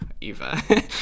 Eva